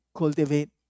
cultivate